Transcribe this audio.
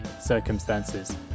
circumstances